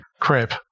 crap